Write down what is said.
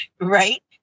Right